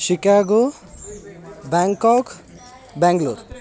Chicago Bangkok Bangalore